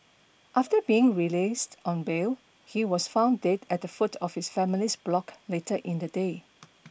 after being released on bail he was found dead at the foot of his family's block later in the day